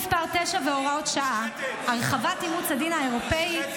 -- (תיקון מסי 9 והוראות שעה) (הרחבת אימוץ הדין האירופי,